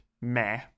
meh